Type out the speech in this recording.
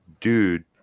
dude